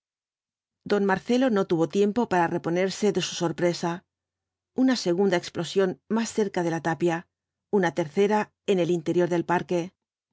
don marcelo no tuvo tiempo para reponerse de su sorpresa una segunda explosión más cerca de la tapia una tercera en el interior del parque